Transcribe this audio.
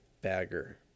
bagger